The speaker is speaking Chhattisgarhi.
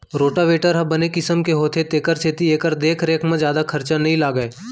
रोटावेटर ह बने किसम के होथे तेकर सेती एकर देख रेख म जादा खरचा नइ लागय